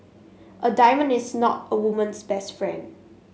a diamond is not a woman's best friend